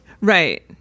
right